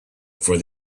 for